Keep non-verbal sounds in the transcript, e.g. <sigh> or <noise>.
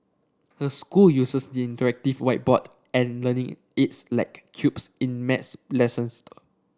her school uses the interactive whiteboard and learning aids like cubes in maths <unintelligible>